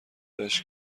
داشت